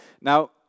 Now